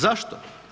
Zašto?